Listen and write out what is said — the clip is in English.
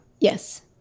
Yes